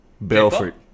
Belfort